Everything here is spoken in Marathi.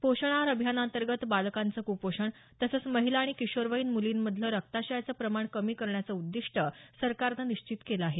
पोषण आहार अभियानाअंतर्गत बालकांचं क्पोषण तसंच महिला आणि किशोरवयीन मुलींमधलं रक्तक्षयाचं प्रमाण कमी करण्याचं उद्दीष्ट सरकारनं निश्चित केलं आहे